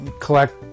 collect